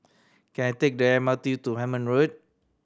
can I take the M R T to Hemmant Road